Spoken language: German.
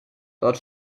dort